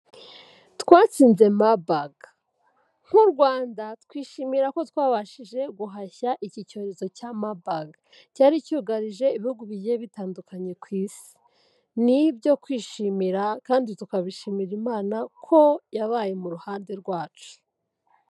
Twatsinze Marburg nk'u Rwanda twishimira ko twabashije guhashya iki cyorezo cya Marburg, cyari cyugarije ibihugu bigiye bitandukanye ku Isi, ni ibyo kwishimira kandi tukabishimira Imana ko yabaye mu ruhande rwacu.